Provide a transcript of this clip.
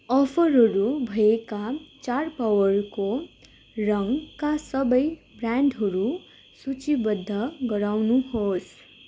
अफरहरू भएका चाड पर्वको रङका सबै ब्रान्डहरू सूचीबद्ध गराउनु होस्